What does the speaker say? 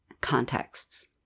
contexts